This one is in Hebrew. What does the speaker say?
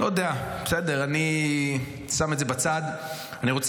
אני לא יודע, אני שם את זה בצד.